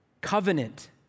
Covenant